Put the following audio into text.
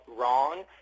wrong